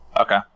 okay